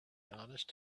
honest